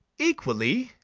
equally?